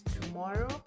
tomorrow